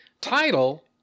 Title